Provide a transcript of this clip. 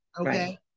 okay